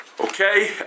Okay